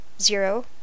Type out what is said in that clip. zero